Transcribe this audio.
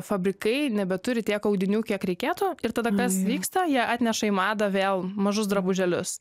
fabrikai nebeturi tiek audinių kiek reikėtų ir tada kas vyksta jie atneša į madą vėl mažus drabužėlius